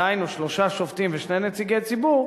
דהיינו שלושה שופטים ושני נציגי ציבור,